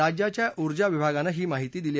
राज्याच्या ऊर्जा विभागांनं ही माहिती दिली